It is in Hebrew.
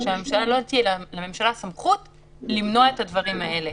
שלא תהיה לממשלה סמכות למנוע את הדברים האלה,